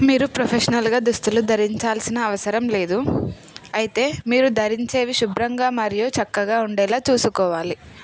మీరు ప్రొఫెషనల్గా దుస్తులు ధరించాల్సిన అవసరం లేదు అయితే మీరు ధరించేవి శుభ్రంగా మరియు చక్కగా ఉండేలా చూసుకోవాలి